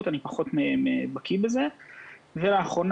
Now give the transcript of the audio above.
אמרנו: "אבינו מלכנו,